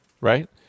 right